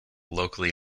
locally